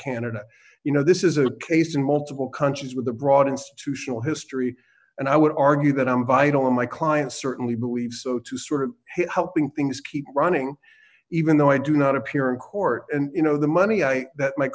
canada you know this is a case in multiple countries with a broad institutional history and i would argue that i'm vital in my client certainly believes so to sort of helping things keep running even though i do not appear in court and you know the money i that my